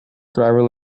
driver